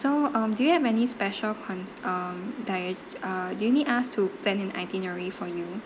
so um do you have any special con~ um diet uh do you need us to plan an itinerary for you